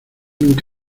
nunca